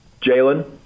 Jalen